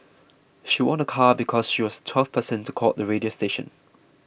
she won a car because she was the twelfth person to call the radio station